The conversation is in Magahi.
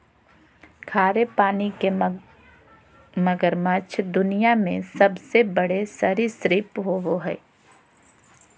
खारे पानी के मगरमच्छ दुनिया में सबसे बड़े सरीसृप होबो हइ